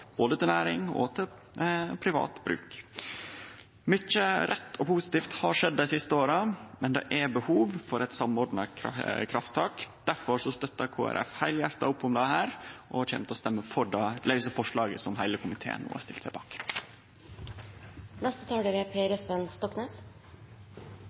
både til næring og til privat bruk. Mykje rett og positivt har skjedd dei siste åra, men det er behov for eit samordna krafttak. Derfor støttar Kristeleg Folkeparti heilhjarta opp om dette og kjem til å stemme for det lause forslaget som heile komiteen har stilt seg bak. Dette er